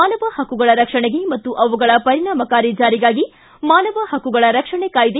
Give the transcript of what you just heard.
ಮಾನವ ಹಕ್ಕುಗಳ ರಕ್ಷಣೆಗೆ ಮತ್ತು ಅವುಗಳ ಪರಿಣಾಮಕಾರಿ ಜಾರಿಗಾಗಿ ಮಾನವ ಹಕ್ಕುಗಳ ರಕ್ಷಣೆ ಕಾಯ್ದೆ